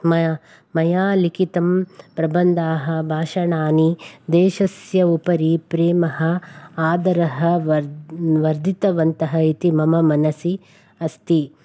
मया लिखितं प्रबन्धाः भाषणानि देशस्य उपरि प्रेमः आदरः वर्धितवन्तः इति मम मनसि अस्ति